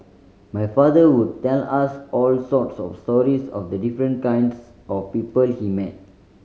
my father would tell us all sorts of stories of the different kinds of people he met